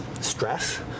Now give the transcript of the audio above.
stress